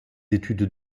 études